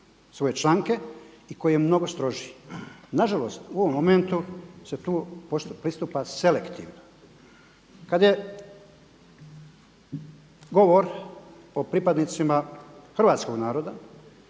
svoje članke i koji je mnogo strožiji. Nažalost u ovom momentu se tu pristupa selektivno. Kada je govor o pripadnicima hrvatskog naroda